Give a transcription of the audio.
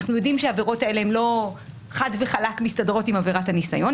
אנחנו יודעים שהעבירות האלה הן לא מסתדרות חד וחלק עם עבירת הניסיון,